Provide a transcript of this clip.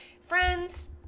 friends